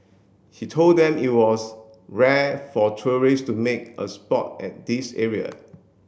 he told them it was rare for tourists to make a spot at this area